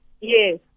Yes